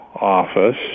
office